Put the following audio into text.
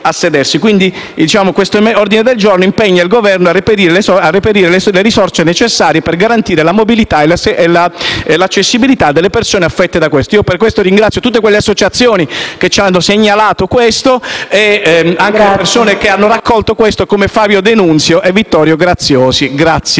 Questo ordine del giorno, quindi, impegna il Governo a reperire le risorse necessarie per garantire la mobilità e l'accessibilità delle persone affette da questa problematica. Per questo ringrazio tutte le associazioni che ci hanno segnalato il problema e le persone che l'hanno raccontato, come Fabio De Nunzio e Vittorio Graziosi.